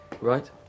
Right